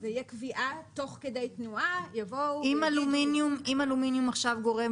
זו תהיה קביעה תוך כדי תנועה יבואו --- אם אלומיניום עכשיו גורם